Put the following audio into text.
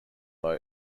low